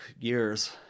years